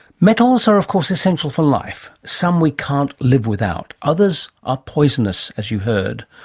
metals are of course essential for life. some we can't live without, others are poisonous, as you heard.